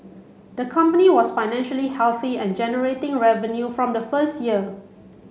the company was financially healthy and generating revenue from the first year